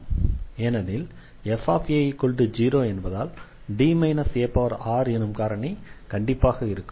ஏனெனில் fa0 என்பதால் D arஎனும் காரணி கண்டிப்பாக இருக்கும்